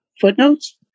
footnotes